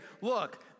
look